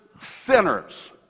sinners